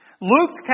Luke's